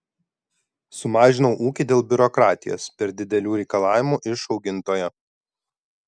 sumažinau ūkį dėl biurokratijos per didelių reikalavimų iš augintojo